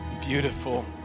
beautiful